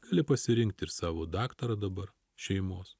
gali pasirinkti ir savo daktarą dabar šeimos